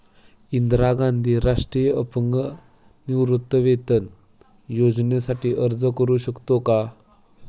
इंदिरा गांधी राष्ट्रीय अपंग निवृत्तीवेतन योजनेसाठी अर्ज करू शकतो का?